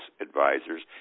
advisors